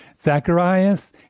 Zacharias